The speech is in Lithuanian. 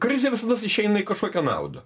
krizė visados išeina į kažkokią naudą